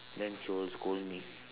then she will scold me